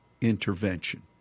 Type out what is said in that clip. intervention